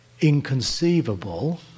inconceivable